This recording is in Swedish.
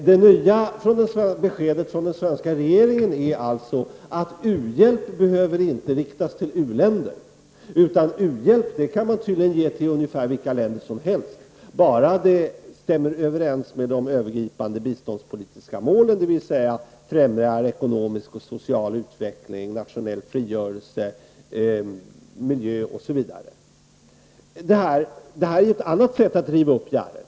Det nya beskedet från den svenska regeringen är alltså att u-hjälp inte behöver riktas till u-länder, utan u-hjälp kan ges till vilka länder som helst bara det stämmer överens med de övergripande biståndspolitiska målen, dvs. att fträmja ekonomisk och social utveckling, nationell frigörelse, miljö osv. Det här är ett annat sätt att riva upp gärdet.